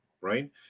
Right